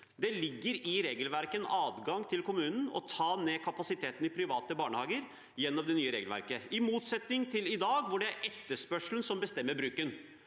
Det ligger en adgang for kommunen til å ta ned kapasiteten i private barnehager gjennom det nye regelverket – i motsetning til i dag, hvor det er etterspørselen som bestemmer bruken,